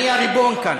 אני הריבון כאן.